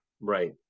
right